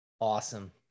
Awesome